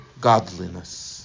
godliness